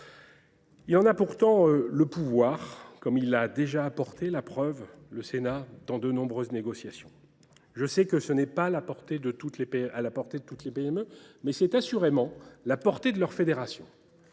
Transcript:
en a pourtant le pouvoir, comme il en a déjà apporté la preuve dans de nombreuses négociations. Ce n’est certes pas à la portée de toutes les PME, mais c’est assurément à la portée de leurs fédérations.